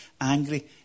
angry